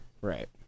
right